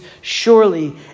surely